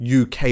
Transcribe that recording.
UK